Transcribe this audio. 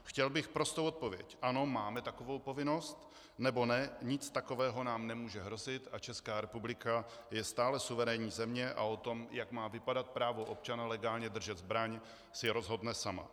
Chtěl bych prostou odpověď ano, máme takovou povinnost, nebo ne, nic takového nám nemůže hrozit, Česká republika je stále suverénní země a o tom, jak má vypadat právo občana legálně držet zbraň, si rozhodne sama.